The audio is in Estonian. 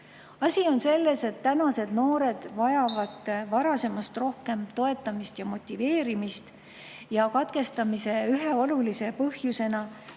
Asi on selles, et tänapäeva noored vajavad varasemast rohkem toetamist ja motiveerimist. Katkestamise ühe olulise põhjusena